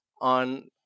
on